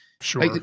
sure